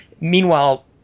Meanwhile